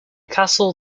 castle